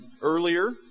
earlier